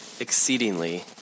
Exceedingly